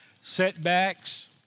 setbacks